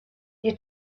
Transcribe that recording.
you